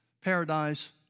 paradise